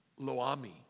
Loami